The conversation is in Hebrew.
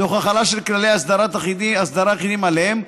תוך החלה של כללי אסדרה אחידים עליהם,